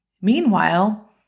Meanwhile